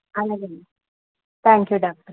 అలాగే thank you doctor